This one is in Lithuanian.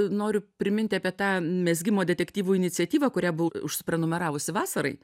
noriu priminti apie tą mezgimo detektyvų iniciatyvą kurią užsiprenumeravusi vasarai